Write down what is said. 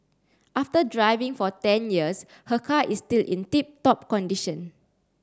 after driving for ten years her car is still in tip top condition